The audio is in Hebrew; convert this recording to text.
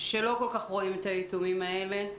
לא כל כך רואים את היתומים האלה.